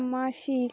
মাসিক